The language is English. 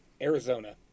arizona